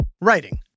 Writing